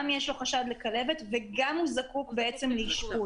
גם יש חשד שיש לו כלבת וגם הוא זקוק לאשפוז.